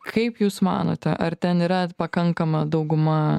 kaip jūs manote ar ten yra pakankama dauguma